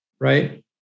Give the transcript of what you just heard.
right